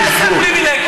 יש גבול.